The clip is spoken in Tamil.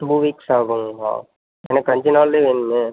டூ வீக்ஸ் ஆகுங்களா எனக்கு அஞ்சு நாளிலே வேணுமே